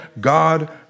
God